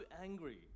angry